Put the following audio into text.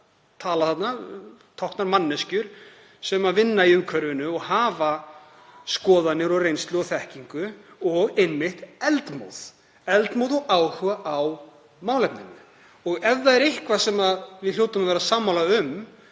tala þarna táknaði manneskju sem ynni í umhverfinu, hefði skoðanir, reynslu og þekkingu og einmitt eldmóð og áhuga á málefninu … Ef það er eitthvað sem við hljótum að vera sammála um